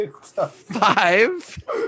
Five